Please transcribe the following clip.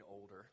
older